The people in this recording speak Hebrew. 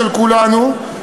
של כולנו,